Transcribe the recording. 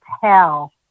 tell